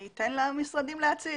אתן למשרדים להציג.